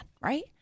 right